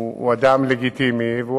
הוא אדם לגיטימי, נכון.